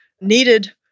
needed